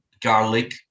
garlic